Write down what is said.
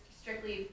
strictly